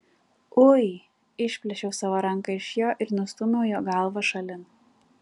ui išplėšiau savo ranką iš jo ir nustūmiau jo galvą šalin